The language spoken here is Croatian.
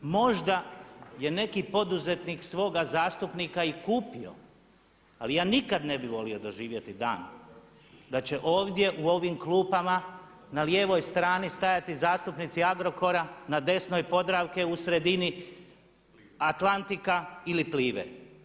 Možda je neki poduzetnik svoga zastupnika i kupio, ali ja nikad ne bih volio doživjeti dan da će ovdje u ovim klupama na lijevoj strani stajati zastupnici Agrokora, na desnoj Podravke, u sredini Atlantika ili Plive.